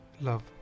Love